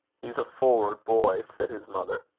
he's a forward boy, said his mother.